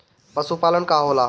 पशुपलन का होला?